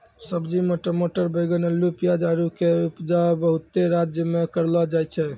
सब्जी मे टमाटर बैगन अल्लू पियाज आरु के उपजा बहुते राज्य मे करलो जाय छै